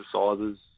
exercises